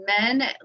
men